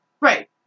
Right